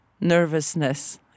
nervousness